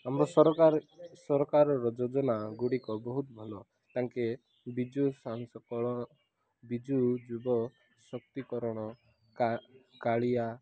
ଆମର ସରକାର ସରକାରର ଯୋଜନା ଗୁଡ଼ିକ ବହୁତ ଭଲ ତାଙ୍କେ ବିଜୁ ବିଜୁ ଯୁବ ଶକ୍ତିକରଣ କାଳିଆ